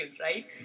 right